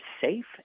safe